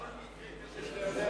כל מקרה שתשלח אלי,